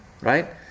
Right